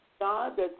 God